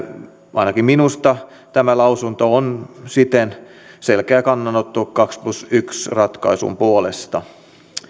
ainakin minusta tämä lausunto on siten selkeä kannanotto kaksitoista plus yksi ratkaisun puolesta